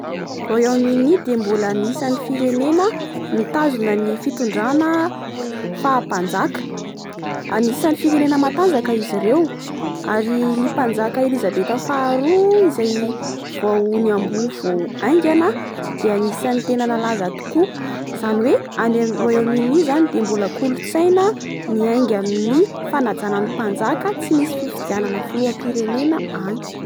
Royaume Uni de mbola anisan'ny firenena mitazona ny fitondrana fahampajaka. Anisan'ny firenena matanjaka izy ireo. Ary ny mpanjaka Elisabeth faharoa, izay vao niamboho vao haingana, dia anisan'ny tena nalaza tokoa. I zany hoe any Royaume Uni izany dia mbola kolontsaina miainga amin'ny fanajana ny mpanjaka. Tsy misy fifidianana filoham-pirenena any.